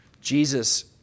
Jesus